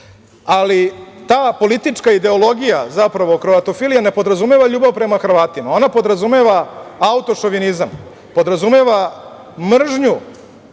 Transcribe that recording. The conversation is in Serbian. ali ta politička ideologija, zapravo kroatofilija ne podrazumeva ljubav prema Hrvatima, ona podrazumeva autošovinizam, podrazumeva mržnju